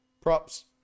props